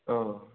औ